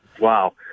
Wow